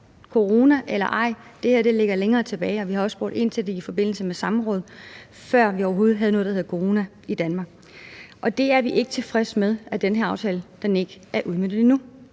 Corona eller ej ligger det her længere tilbage, og vi har også spurgt ind til det i forbindelse med samråd, før vi overhovedet havde noget, der hed corona i Danmark. Vi er ikke tilfredse med, at den her aftale ikke er udmøntet endnu,